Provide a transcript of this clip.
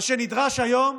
מה שנדרש היום,